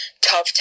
tough